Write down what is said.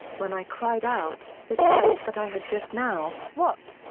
when i cried out the child that i had just now what!